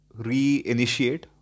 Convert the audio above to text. reinitiate